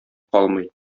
калмый